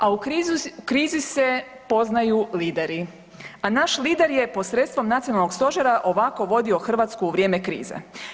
A u krizi se poznaju lideri, a naš lider je posredstvom nacionalnog stožera ovako vodio Hrvatsku u vrijeme krize.